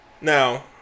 Now